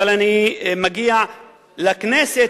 אבל אני מגיע לכנסת,